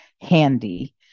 handy